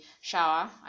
shower